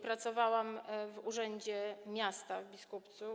Pracowałam w urzędzie miasta w Biskupcu.